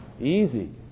Easy